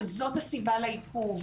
וזו הסיבה לעיכוב.